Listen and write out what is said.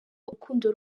urukundo